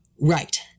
Right